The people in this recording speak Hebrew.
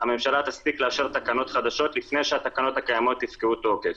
הממשלה תספיק לאשר תקנות חדשות לפני שהתקנות הקיימות יפקעו תוקף.